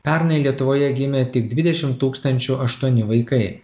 pernai lietuvoje gimė tik dvidešim tūkstančių aštuoni vaikai